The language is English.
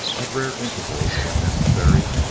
at rare intervals, when necessary,